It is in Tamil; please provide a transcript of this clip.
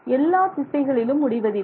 எல்லா திசைகளிலும் முடிவதில்லை